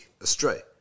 astray